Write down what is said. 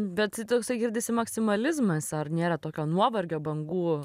bet toksai girdisi maksimalizmas ar nėra tokio nuovargio bangų